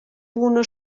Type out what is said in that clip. buna